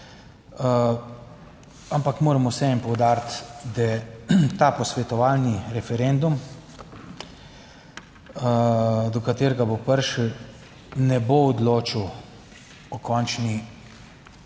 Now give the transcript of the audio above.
ampak, moram vseeno poudariti, da ta posvetovalni referendum, do katerega bo prišlo, ne bo odločal o končni